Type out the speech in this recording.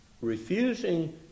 refusing